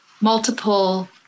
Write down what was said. multiple